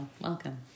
Welcome